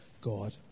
God